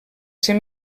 ser